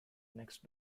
next